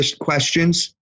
questions